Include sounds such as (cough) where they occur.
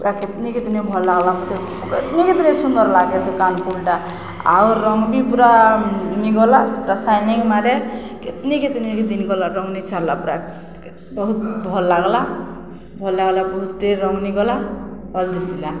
ପୁରା (unintelligible) ଭଲ ଲାଗିଲା ମୋତେ (unintelligible) ସୁନ୍ଦର ଲାଗେ ସେ କାନଫୁଲଟା ଆଉ ରଙ୍ଗ ବି ପୁରା (unintelligible) ସେ ପୁରା ସାଇନିଙ୍ଗ ମାରେ (unintelligible) ରଙ୍ଗ ଛାଡ଼ିଲାନି ପୁରା ବହୁତ ଭଲ ଲାଗିଲା ଭଲ ଲାଗିଲା ବହୁତ ରଙ୍ଗ ଗଲାନି ଭଲ ଦେଖାଗଲା